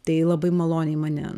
tai labai maloniai mane